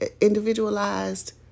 Individualized